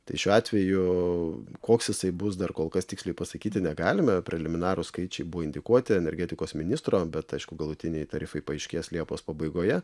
tai šiuo atveju koks jisai bus dar kol kas tiksliai pasakyti negalime preliminarūs skaičiai buvo indikuoti energetikos ministro bet aišku galutiniai tarifai paaiškės liepos pabaigoje